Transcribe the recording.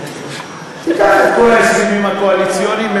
תיקח את כל ההסכמים הקואליציוניים,